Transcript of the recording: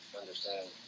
understand